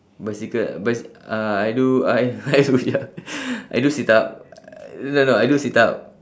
bicycle bic~ uh I do I I do ya I do sit-up uh no no I do sit-up